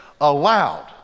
allowed